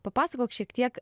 papasakok šiek tiek